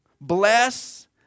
Bless